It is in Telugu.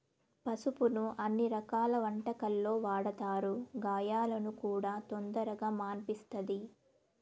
పసుపును అన్ని రకాల వంటలల్లో వాడతారు, గాయాలను కూడా తొందరగా మాన్పిస్తది